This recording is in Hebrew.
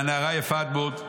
והנערה יפה עד מאוד,